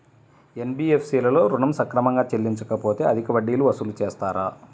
NBFC లలో ఋణం సక్రమంగా చెల్లించలేకపోతె అధిక వడ్డీలు వసూలు చేస్తారా?